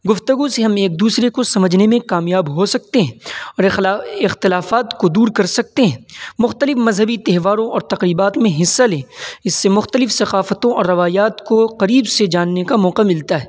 گفتگو سے ہم ایک دوسرے کو سمجھنے میں کامیاب ہو سکتے ہیں اور اختلافات کو دور کر سکتے ہیں مختلف مذہبی تہواروں اور تقریبات میں حصہ لیں اس سے مختلف ثقافتوں اور روایات کو قریب سے جاننے کا موقع ملتا ہے